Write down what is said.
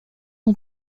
ont